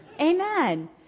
Amen